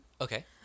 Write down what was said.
Okay